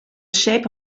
shape